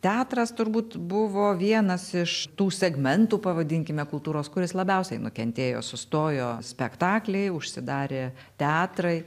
teatras turbūt buvo vienas iš tų segmentų pavadinkime kultūros kuris labiausiai nukentėjo sustojo spektakliai užsidarė teatrai